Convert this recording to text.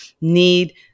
need